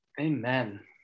Amen